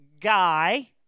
guy